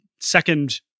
second